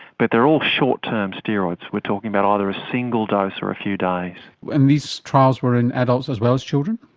but they were all short-term steroids. we're talking about either a single dose or a few days. and these trials were in adults as well as children?